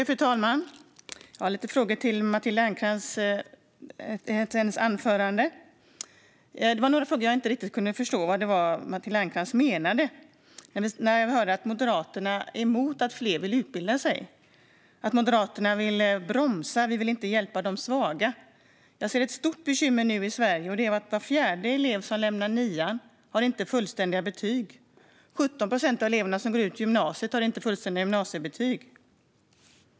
Fru talman! Jag har lite frågor till Matilda Ernkrans utifrån hennes anförande. På några punkter kunde jag inte riktigt förstå vad Matilda Ernkrans menade, till exempel när jag hörde att Moderaterna skulle vara emot att fler vill utbilda sig, att vi vill bromsa och att vi inte vill hjälpa de svaga. Ett stort bekymmer som jag nu ser i Sverige är att var fjärde elev som lämnar nian inte har fullständiga betyg och att 17 procent av eleverna som går ut gymnasiet inte har fullständiga gymnasiebetyg.